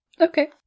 Okay